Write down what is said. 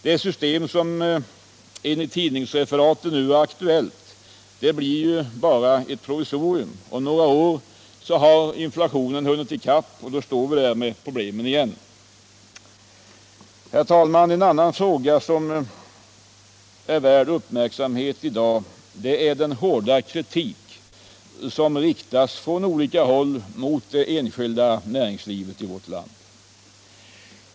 Det system som enligt tidningsreferaten nu är aktuellt blir ju bara ett provisorium. Om några år har inflationen hunnit i kapp, och då står vi där med problemen igen. Herr talman! En annan fråga som är värd uppmärksamhet i dag gäller den hårda kritik som riktas mot det enskilda näringslivet i vårt land.